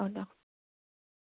অঁ দক